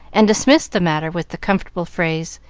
and dismissed the matter with the comfortable phrase,